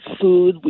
food